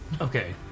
Okay